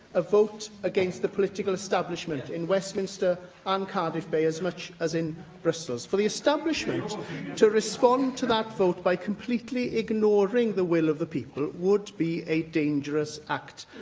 a vote against the political establishment in westminster and cardiff bay as much as in brussels. for the establishment to respond to that vote by completely ignoring the will of the people would be a dangerous act,